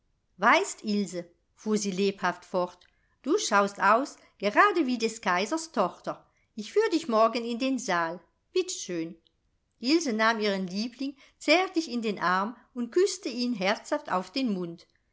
weißt ilse fuhr sie lebhaft fort du schaust aus gerad wie des kaisers tochter ich führ dich morgen in den saal bitt schön ilse nahm ihren liebling zärtlich in den arm und küßte ihn herzhaft auf den mund